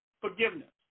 forgiveness